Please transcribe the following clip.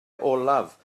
olaf